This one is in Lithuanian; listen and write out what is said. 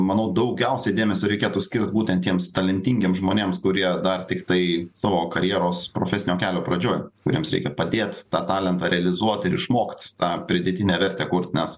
manau daugiausia dėmesio reikėtų skirt būtent tiems talentingiems žmonėms kurie dar tiktai savo karjeros profesinio kelio pradžioj kuriems reikia padėt tą talentą realizuoti ir išmokti tą pridėtinę vertę kurt nes